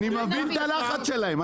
אני מבין את הלחץ שלהם,